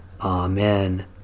Amen